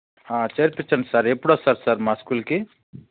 చేర్పించండి sir ఎప్పుడొస్తారు sir మా స్కూల్కి